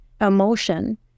emotion